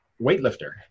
weightlifter